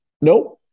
Nope